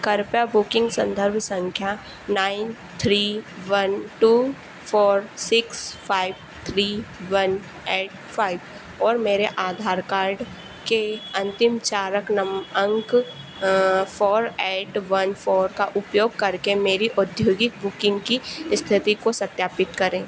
कृपया बुकिंग संदर्भ संख्या nine three one two four six five three one eight five और मेरे आधार कार्ड के अंतिम चार अंक नम अंक फोर ऐट वन फोर का उपयोग करके मेरी औद्योगिक बुकिंग की स्थिति को सत्यापित करें